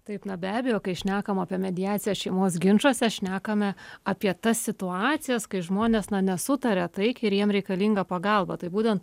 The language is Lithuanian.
taip na be abejo kai šnekam apie mediaciją šeimos ginčuose šnekame apie tas situacijas kai žmonės nesutaria taikiai ir jiem reikalinga pagalba tai būtent